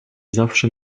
zawsze